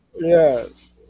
Yes